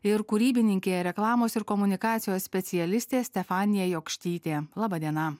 ir kūrybinkė reklamos ir komunikacijos specialistė stefanija jokštytė laba diena